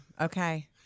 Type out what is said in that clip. Okay